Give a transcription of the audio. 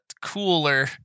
cooler